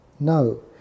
No